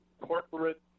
corporate